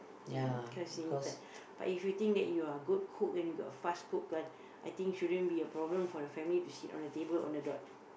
uh cause you need time but if you think that you are a good cook and you got a fast cook ah I think shouldn't be a problem for the family to sit on the table on the dot